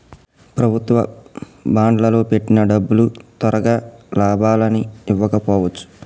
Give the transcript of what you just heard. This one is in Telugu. ప్రభుత్వ బాండ్లల్లో పెట్టిన డబ్బులు తొరగా లాభాలని ఇవ్వకపోవచ్చు